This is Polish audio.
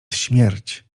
śmierć